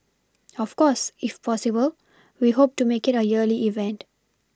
of course if possible we hope to make it a yearly event